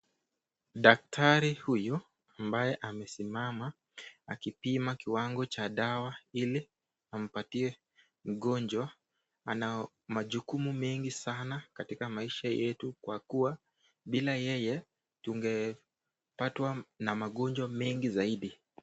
Daktari huyu ambaye amesimama akipima kiwango cha dawa ili ampatie mgonjwa ana majukumu mengi sana katika maisha yetu kwa kuwa bila yeye tugepatwa na magonjwa mengi zaidi.